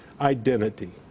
identity